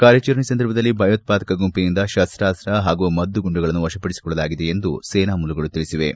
ಕಾರ್ಯಾಚರಣೆ ಸಂದರ್ಭದಲ್ಲಿ ಭಯೋತ್ವಾದಕ ಗುಂಪಿನಿಂದ ಶಸ್ತಾಸ್ತ ಹಾಗೂ ಮದ್ದುಗುಂಡುಗಳನ್ನು ವಶಪಡಿಸಿಕೊಳ್ಳಲಾಗಿದೆ ಎಂದು ಸೇನಾ ಮೂಲಗಳು ತಿಳಿಸಿವೆ